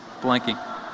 Blanking